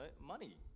money